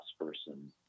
person